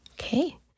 Okay